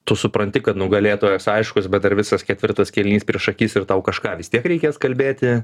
tu supranti kad nugalėtojas aiškus bet dar visas ketvirtas kėlinys prieš akis ir tau kažką vis tiek reikės kalbėti